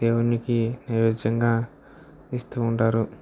దేవునికి నైవేద్యంగా ఇస్తూ ఉంటారు